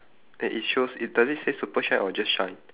eh it shows it does it say super shine or just shine